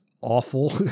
awful